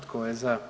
Tko je za?